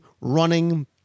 running